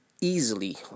easily